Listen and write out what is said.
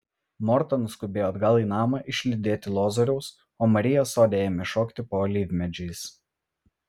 morta nuskubėjo atgal į namą išlydėti lozoriaus o marija sode ėmė šokti po alyvmedžiais